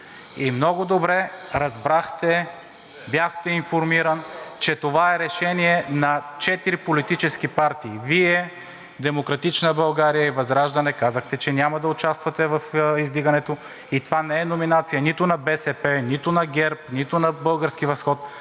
и много добре разбрахте, бяхте информиран, че това е решение на четири политически партии. „Продължаваме Промяната“, „Демократична България“ и ВЪЗРАЖДАНЕ казахте, че няма да участвате в издигането. И това не е номинация нито на БСП, нито на ГЕРБ, нито на „Български възход“,